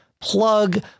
plug